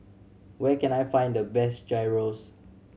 where can I find the best Gyros